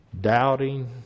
doubting